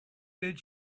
did